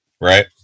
right